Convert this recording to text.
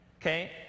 Okay